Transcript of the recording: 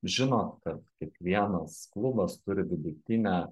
žinot kad kiekvienas klubas turi vidutinę